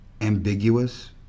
ambiguous